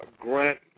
grant